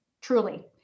Truly